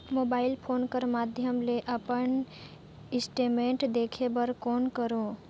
Mobile phone कर माध्यम ले अपन स्टेटमेंट देखे बर कौन करों?